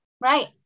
Right